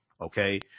Okay